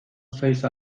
sayısı